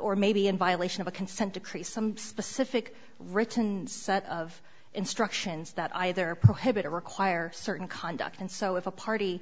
or may be in violation of a consent decree some specific written set of instructions that either prohibit or require certain conduct and so if a party